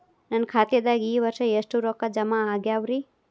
ನನ್ನ ಖಾತೆದಾಗ ಈ ವರ್ಷ ಎಷ್ಟು ರೊಕ್ಕ ಜಮಾ ಆಗ್ಯಾವರಿ?